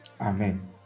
amen